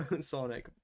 sonic